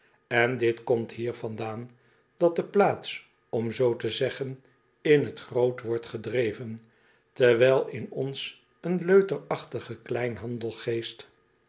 en dit komt hier vandaan dat de plaats om zoo te zeggen in t groot wordt gedreven terwijl in ons een leuterachtige klein